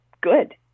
good